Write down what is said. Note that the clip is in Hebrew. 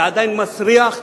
זה עדיין מסריח,